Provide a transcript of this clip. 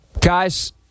guys